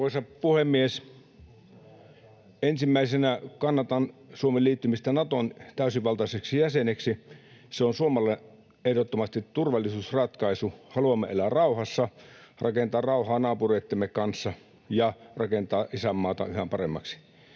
puhemies! Ensimmäisenä: Kannatan Suomen liittymistä Natoon täysivaltaiseksi jäseneksi. Se on Suomelle ehdottomasti turvallisuusratkaisu. Haluamme elää rauhassa, rakentaa rauhaa naapureittemme kanssa ja rakentaa isänmaata yhä paremmaksi.